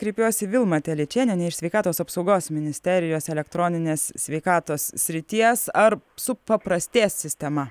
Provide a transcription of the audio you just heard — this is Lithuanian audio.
kreipiuosi į vilmą telyčėnienę iš sveikatos apsaugos ministerijos elektroninės sveikatos srities ar supaprastės sistema